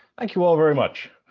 thank you all very much.